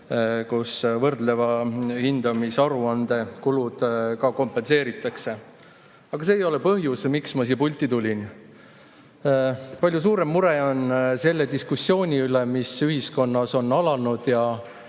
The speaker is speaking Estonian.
et võrdleva hindamise aruande kulud kompenseeritakse. Aga see ei ole põhjus, miks ma siia pulti tulin. Palju suurem mure on selle diskussiooni pärast, mis ühiskonnas on alanud ja